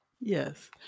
yes